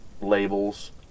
labels